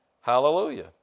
Hallelujah